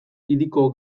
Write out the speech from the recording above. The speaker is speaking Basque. hiriko